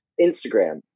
Instagram